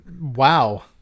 Wow